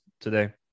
today